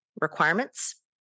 requirements